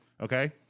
okay